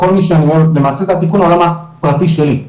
למעשה לכל מי שבעולם הפרטי שלי.